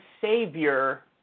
savior